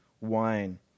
wine